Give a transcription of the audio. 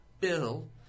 bill